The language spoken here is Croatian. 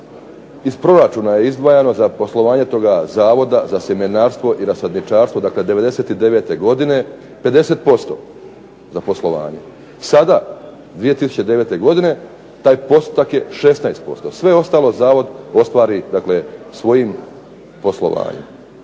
iz proračuna je izdvajano za poslovanje toga Zavoda za sjemenarstvo i rasadničarstvo, dakle 1999. godine 50% za poslovanje. Sada 2009. godine taj postotak je 16%. Sve ostalo Zavod ostvari dakle svojim poslovanjem.